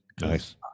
nice